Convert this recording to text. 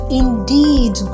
indeed